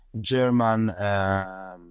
German